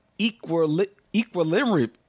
equilibrium